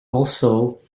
also